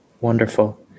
Wonderful